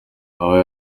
aba